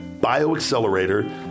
BioAccelerator